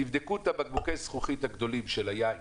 תבדקו את בקבוקי הזכוכית הגדולים של היין